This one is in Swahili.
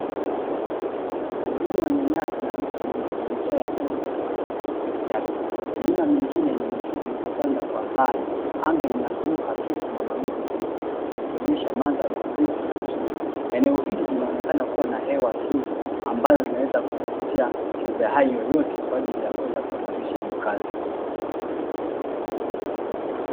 Mlima wenye nyasi na miti mingi na njia ya udongo inapita katikati yake, milima mingine yenye misitu imetanda kwa mbali, anga lina bluu hafifu na mawingu meupe, ikionyesha mandhari tulivu na nzuri. Eneo hili linaonekana kuwa na hewa nzuri ambayo inaweza kumvutia kiumbe hai yoyote kwa ajili ya kwenda kuanzisha makazi.